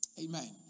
Amen